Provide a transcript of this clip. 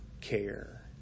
care